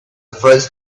first